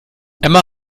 emma